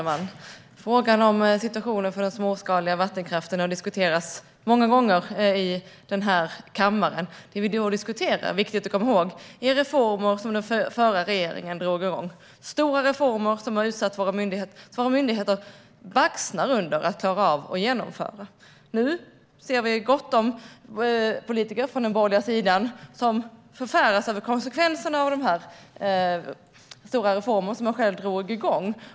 Fru talman! Situationen för den småskaliga vattenkraften har diskuterats många gånger i kammaren. Det vi då diskuterar - det är viktigt att komma ihåg - är reformer som den förra regeringen drog igång. Det är stora reformer - våra myndigheter jobbar för att klara av att genomföra dem. Nu ser vi gott om politiker från den borgerliga sidan som förfäras av konsekvenserna av de stora reformer som de själva drog igång.